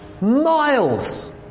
Miles